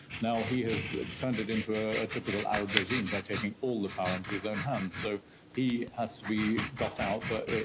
now he has turned it into a typical arab regime by taking all the power into his own hands, so he has to be got out but